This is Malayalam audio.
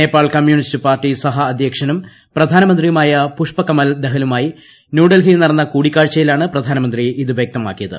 നേപ്പാൾ കമ്മ്യൂണിസ്റ്റ് പാർട്ടി സഹ അധ്യക്ഷനും പ്രധാനമന്ത്രിയുമായ പുഷ്പ കമൽ ദഹലുമായി ന്യൂഡൽഹിയിൽ നടന്ന കൂടിക്കാഴ്ചയിലാണ് പ്രധാനമന്ത്രി ഇത് വൃക്തമാക്കിയത്